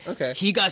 Okay